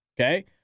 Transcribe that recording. Okay